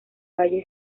valle